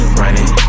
running